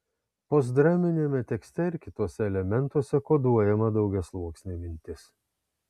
postdraminiame tekste ir kituose elementuose koduojama daugiasluoksnė mintis